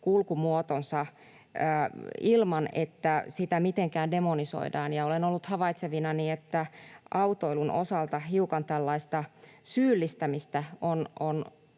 kulkumuotonsa ilman, että sitä mitenkään demonisoidaan. Olen ollut havaitsevinani, että autoilun osalta hiukan tällaista syyllistämistä on